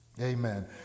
Amen